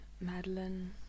Madeline